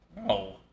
No